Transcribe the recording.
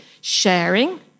sharing